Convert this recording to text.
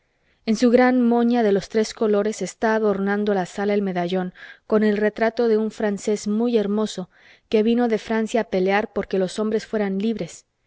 en su gran moña de los tres colores está adornando la sala el medallón con el retrato de un francés muy hermoso que vino de francia a pelear porque los hombres fueran libres